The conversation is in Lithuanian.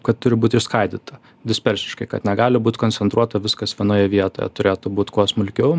kad turi būt išskaidyta disperšiškai kad negali būt koncentruota viskas vienoje vietoje turėtų būt kuo smulkiau